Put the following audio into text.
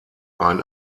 ein